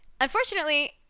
Unfortunately